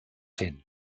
hin